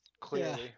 Clearly